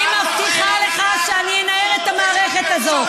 למה, אני מבטיחה לך שאני אנער את המערכת הזאת.